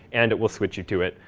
and it will switch you to it.